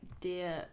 dear